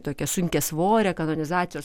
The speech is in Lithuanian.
tokią sunkiasvorę kanonizacijos